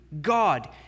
God